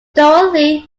dorothy